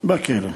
בכלא.